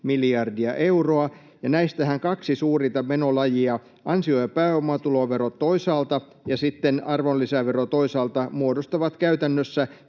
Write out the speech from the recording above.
miljardia euroa. Näistähän kaksi suurinta menolajia, toisaalta ansio- ja pääomatulovero ja sitten toisaalta arvonlisävero, muodostavat käytännössä